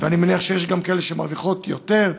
ואני מניח שיש כאלה שמרוויחות יותר,